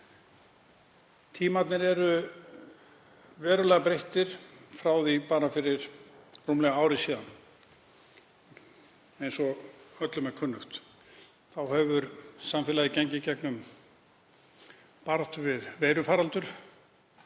tímarnir eru verulega breyttir frá því bara fyrir rúmlega ári síðan. Eins og öllum er kunnugt hefur samfélagið gengið í gegnum baráttu við veirufaraldur